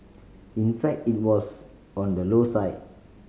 in fact it was on the low side